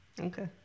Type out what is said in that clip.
Okay